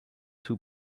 two